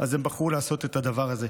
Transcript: אז הם בחרו לעשות את הדבר הזה.